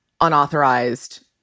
unauthorized